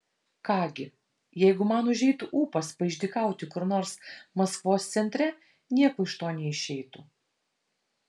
ką gi jeigu man užeitų ūpas paišdykauti kur nors maskvos centre nieko iš to neišeitų